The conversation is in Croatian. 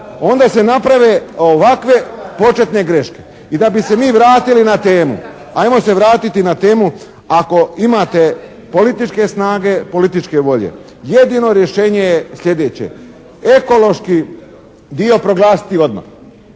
Onda se naprave ovakve početne greške i da bi se mi vratili na temu. Ajmo se vratiti na temu ako imate političke snage, političke volje. Jedino rješenje je sljedeće. Ekološki dio proglasiti odmah,